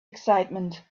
excitement